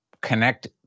connect